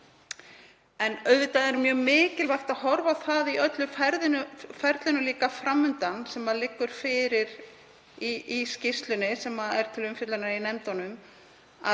En auðvitað er mjög mikilvægt að horfa á það í öllu ferlinu sem fram undan er, sem liggur fyrir í skýrslunni sem er til umfjöllunar í nefndunum, að